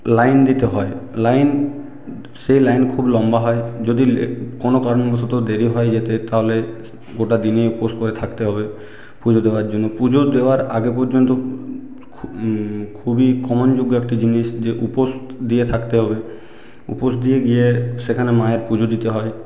line দিতে হয় line সে লাইন খুব লম্বা হয় যদি কোনও কারণবশত দেরি হয় যেতে তাহলে গোটা দিনই উপোস করে থাকতে হবে পুজো দেওয়ার জন্য পুজো দেওয়ার আগে পর্যন্ত খুবই ক্ষমন যোগ্য একটি জিনিস যে উপোস দিয়ে থাকতে হবে উপোস দিয়ে গিয়ে সেখানে মায়ের পুজো দিতে হয়